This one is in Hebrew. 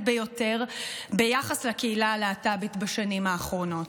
ביותר ביחס לקהילה הלהט"בית בשנים האחרונות.